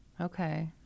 Okay